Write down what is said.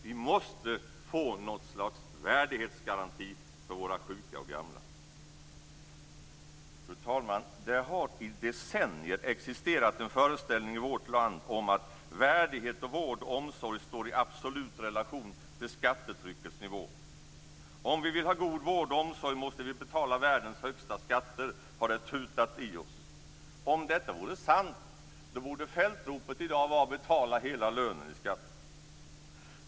Vi måste få något slags värdighetsgaranti för våra sjuka och gamla. Fru talman! Det har i decennier existerat en föreställning i vårt land om att värdighet i vård och omsorg står i absolut relation till skattetryckets nivå. Om vi vill ha god vård och omsorg måste vi betala världens högsta skatter, har det tutats i oss. Om detta vore sant, borde fältropet i dag vara: Betala hela lönen i skatt!